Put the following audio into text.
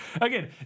Again